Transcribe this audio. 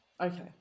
Okay